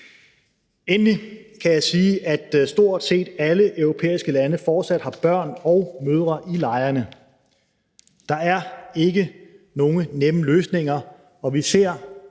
Endelig kan jeg sige, at stort set alle europæiske lande fortsat har børn og mødre i lejrene. Der er ikke nogen nemme løsninger, og vi ser,